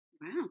Wow